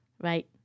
right